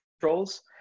controls